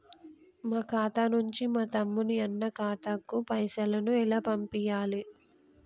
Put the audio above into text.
మా ఖాతా నుంచి మా తమ్ముని, అన్న ఖాతాకు పైసలను ఎలా పంపియ్యాలి?